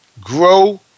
grow